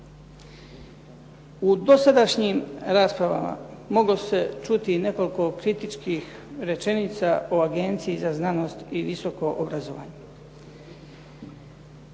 U dosadašnjim raspravama moglo se čuti i nekoliko kritičkih rečenica o Agenciji za znanost i visoko obrazovanje.